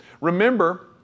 Remember